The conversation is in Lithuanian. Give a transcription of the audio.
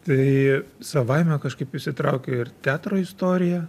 tai savaime kažkaip įsitraukė ir teatro istorija